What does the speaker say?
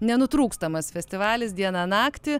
nenutrūkstamas festivalis dieną naktį